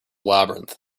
labyrinth